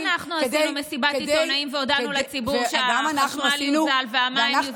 לא אנחנו עשינו מסיבת עיתונאים והודענו לציבור שהחשמל יוזל והמים יוזלו,